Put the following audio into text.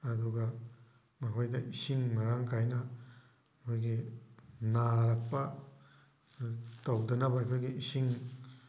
ꯑꯗꯨꯒ ꯃꯈꯣꯏꯗ ꯏꯁꯤꯡ ꯃꯔꯥꯡ ꯀꯥꯏꯅ ꯑꯩꯈꯣꯏꯒꯤ ꯅꯥꯔꯛꯄ ꯇꯧꯗꯅꯕ ꯑꯩꯈꯣꯏꯒꯤ ꯏꯁꯤꯡ